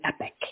epic